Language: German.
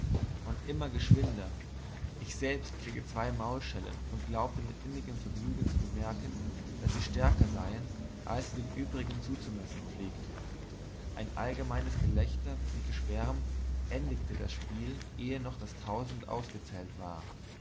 und immer geschwinder ich selbst kriegte zwei maulschellen und glaubte mit innigem vergnügen zu bemerken daß sie stärker seien als sie den übrigen zuzumessen pflegte ein allgemeines gelächter und geschwärm endigte das spiel ehe noch das tausend ausgezählt war